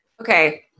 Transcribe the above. Okay